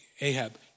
Ahab